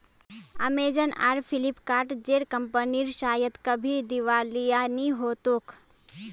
Amazon आर Flipkart जेर कंपनीर शायद कभी दिवालिया नि हो तोक